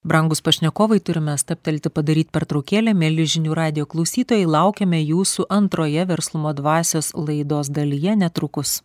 brangūs pašnekovai turime stabtelti padaryt pertraukėlę mieli žinių radijo klausytojai laukiame jūsų antroje verslumo dvasios laidos dalyje netrukus